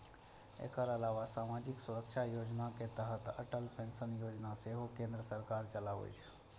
एकर अलावा सामाजिक सुरक्षा योजना के तहत अटल पेंशन योजना सेहो केंद्र सरकार चलाबै छै